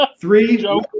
Three